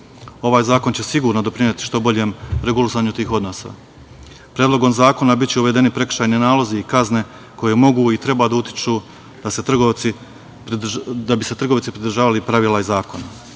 Ovaj zakon će sigurno doprineti što boljem regulisanju tih odnosa. Predlogom zakona biće uvedeni prekršajni nalozi i kazne koje mogu i treba da utiču da bi se trgovci pridržavali pravila i zakona.